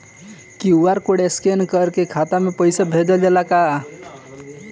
QR code scan करके खाता में पैसा भेजल जाला का?